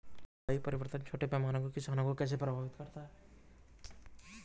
जलवायु परिवर्तन छोटे पैमाने के किसानों को कैसे प्रभावित करता है?